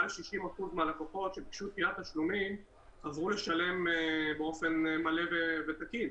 מעל 60% מהלקוחות שביקשו דחיית תשלומים חזרו לשלם באופן מלא ותקין.